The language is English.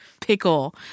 pickle